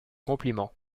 compliments